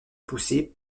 poussés